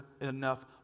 enough